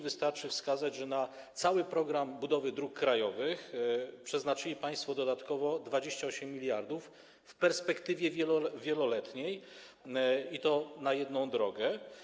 Wystarczy wskazać, że na cały program budowy dróg krajowych przeznaczyli państwo dodatkowo 28 mld w perspektywie wieloletniej i to na jedną drogę.